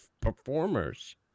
performers